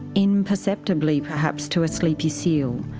imperceptibly perhaps to a sleepy seal,